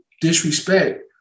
disrespect